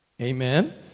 Amen